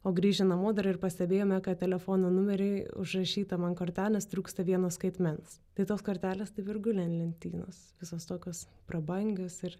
o grįžę namo dar ir pastebėjome kad telefono numery užrašytam ant kortelės trūksta vieno skaitmens tai tos kortelės taip ir guli ant lentynos visos tokios prabangios ir